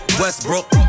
Westbrook